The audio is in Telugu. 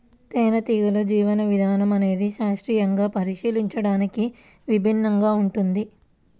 తేనెటీగల జీవన విధానం అనేది శాస్త్రీయంగా పరిశీలించడానికి విభిన్నంగా ఉంటుంది